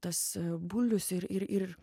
tas bulius ir ir ir